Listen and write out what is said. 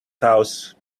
house